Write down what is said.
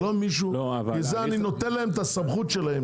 לכן אני נוטל את הסמכות שלהם.